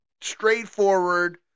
straightforward